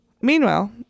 Meanwhile